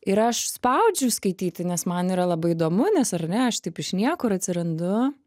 ir aš spaudžiu skaityti nes man yra labai įdomu nes ar ne aš taip iš niekur atsirandu